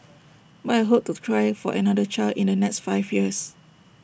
but I hope to try for another child in the next five years